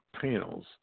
panels